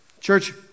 church